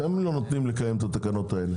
אתם לא נותנים לקיים את התקנות האלה.